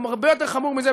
הרבה יותר חמור מזה,